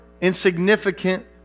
insignificant